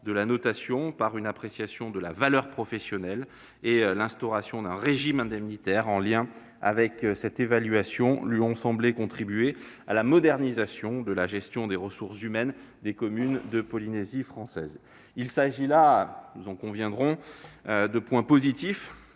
de la notation par une appréciation de la valeur professionnelle et l'instauration d'un régime indemnitaire en lien avec cette évaluation lui ont semblé contribuer à la modernisation de la gestion des ressources humaines des communes de Polynésie française. Nous conviendrons qu'il s'agit là de points positifs.